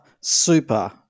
super